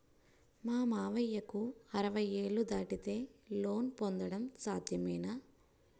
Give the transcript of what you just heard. మామయ్యకు అరవై ఏళ్లు దాటితే లోన్ పొందడం సాధ్యమేనా?